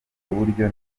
uburyo